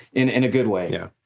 in in a good way. yeah